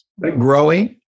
Growing